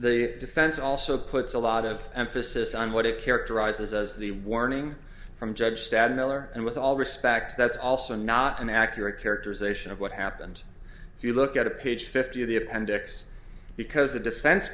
the defense also puts a lot of emphasis on what it characterizes as the warning from judge tad miller and with all respect that's also not an accurate characterization of what happened if you look at a page fifty of the appendix because the defense